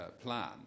plan